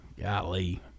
golly